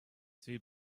too